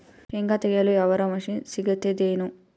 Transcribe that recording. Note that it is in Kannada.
ಶೇಂಗಾ ತೆಗೆಯಲು ಯಾವರ ಮಷಿನ್ ಸಿಗತೆದೇನು?